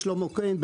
עורך דין שלמה כהן,